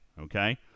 Okay